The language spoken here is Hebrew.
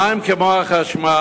המים, כמו החשמל,